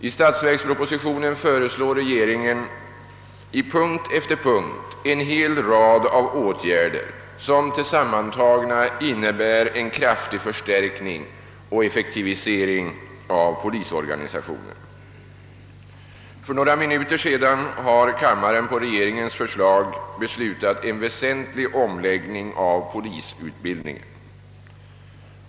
I statsverkspropositionen föreslår regeringen på punkt efter punkt en rad åtgärder som tillsammantagna innebär en kraftig förstärkning och effektivisering av polisorganisationen. För några minuter sedan har kammaren på regeringens förslag fattat beslut om en väsentlig omläggning av polisutbildningen.